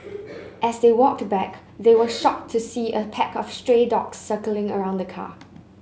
as they walked back they were shocked to see a pack of stray dogs circling around the car